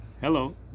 hello